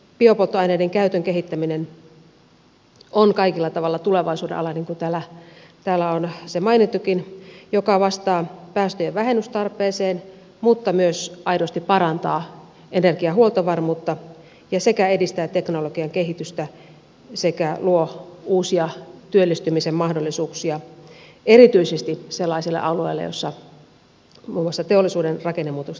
biopolttoaineiden käytön kehittäminen on kaikella tavalla tulevaisuuden ala niin kuin täällä on mainittukin joka vastaa päästöjen vähennystarpeeseen mutta myös aidosti parantaa energian huoltovarmuutta ja edistää teknologian kehitystä sekä luo uusia työllistymisen mahdollisuuksia erityisesti sellaisille alueille joilla muun muassa teollisuuden rakennemuutokset ovat koetelleet